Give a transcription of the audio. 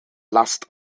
last